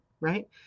right